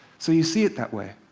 so you see it that way.